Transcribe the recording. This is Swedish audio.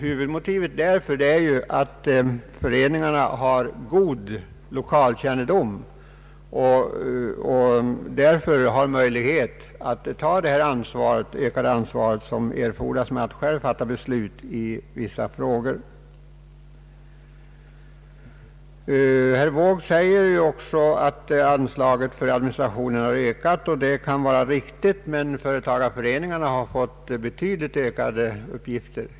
Huvudmotivet härtill är att föreningarna har god lokalkännedom och därför möjlighet att ta det ökade ansvar som följer med att de själva får fatta beslut i frågor rörande garantilån upp till ett visst belopp. Herr Wååg sade också att anslaget för administrationen har ökat. Det kan vara riktigt, men företagareföreningarna har också fått betydligt ökade uppgifter.